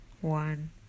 one